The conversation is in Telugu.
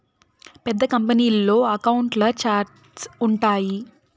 పెద్ద కంపెనీల్లో అకౌంట్ల ఛార్ట్స్ ఉంటాయి